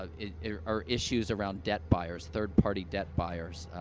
ah are are issues around debt buyers, third-party debt buyers. ah,